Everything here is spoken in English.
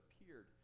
appeared